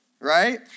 Right